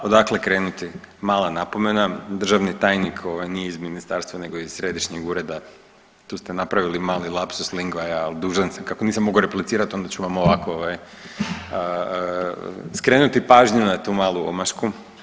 Ha, odakle krenuti, mala napomena državni tajnik nije iz ministarstva nego iz središnjeg ureda, tu ste napravili mali lapsus linguae, ali dužan sam, kako nisam mogao replicirat onda ću vam ovako skrenuti pažnju na tu malu omašku.